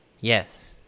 Yes